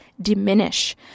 diminish